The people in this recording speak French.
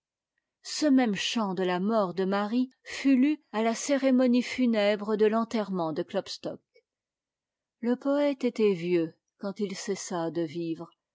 ce même chant de la mort de marie fut lu à la cérémonie funèbre de l'enterrement de klopstock le poète était vieux quand il cessa de vivre